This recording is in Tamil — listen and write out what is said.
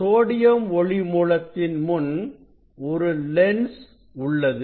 சோடியம் ஒளி மூலத்தின் முன் ஒரு லென்ஸ் உள்ளது